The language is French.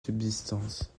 subsistance